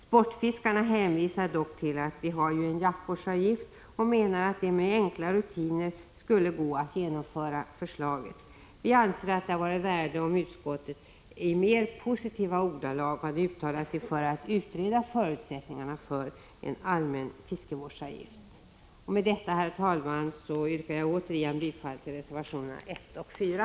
Sportfiskarna hänvisar till att vi har jaktvårdsavgift och menar att det med enkla rutiner skulle gå bra att genomföra förslaget. Vi anser att det hade varit av värde om utskottet i mer positiva ordalag hade uttalat sig för att utreda förutsättningarna för en allmän fiskevårdsavgift. Med detta, herr talman, yrkar jag återigen bifall till reservationerna 1 och 4.